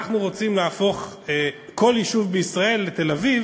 רוצים להפוך כל יישוב בישראל לתל-אביב,